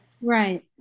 Right